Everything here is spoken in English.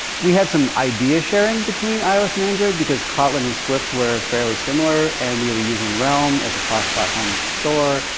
we had some idea sharing between ios and android because kotlin and swift were fairly similar, and we were using realm as a cross-platform store.